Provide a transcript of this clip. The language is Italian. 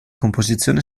composizione